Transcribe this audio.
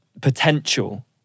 potential